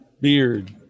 beard